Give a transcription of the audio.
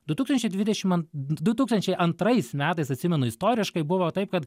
du tūkstančiai dvidešim an du tūkstančiai antrais metais atsimenu istoriškai buvo taip kad